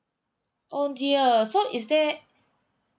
oh dear so is there